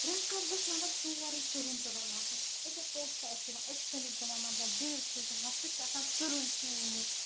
رٮ۪تھ کالہِ گوٚژھ مطلب سورُے تُرُن تُرُن آسُن أکہ پوٚژھ چھُ اَسہِ یِوان أسۍ چھِ تٔمِس دِوان مطلب ڈِیِو چھِس دِوان سُہ چھُ آسان تُرُن شیٖن ہیٚو